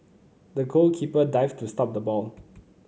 the goalkeeper dived to stop the ball